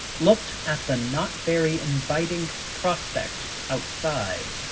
looked at the not very inviting prospect outside.